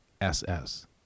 SS